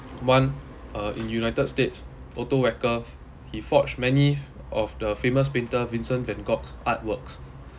one uh in united states otto wacker he forged many of the famous painter vincent van gogh's artworks